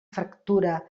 fractura